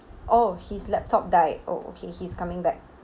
oh his laptop died oh okay he's coming back